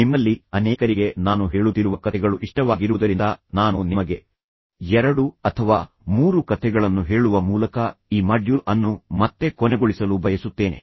ನಿಮ್ಮಲ್ಲಿ ಅನೇಕರಿಗೆ ನಾನು ಹೇಳುತ್ತಿರುವ ಕಥೆಗಳು ಇಷ್ಟವಾಗಿರುವುದರಿಂದ ನಾನು ನಿಮಗೆ ಎರಡು ಅಥವಾ ಮೂರು ಕಥೆಗಳನ್ನು ಹೇಳುವ ಮೂಲಕ ಈ ಮಾಡ್ಯೂಲ್ ಅನ್ನು ಮತ್ತೆ ಕೊನೆಗೊಳಿಸಲು ಬಯಸುತ್ತೇನೆ